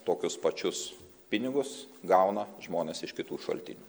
tokius pačius pinigus gauna žmonės iš kitų šaltinių